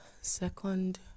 second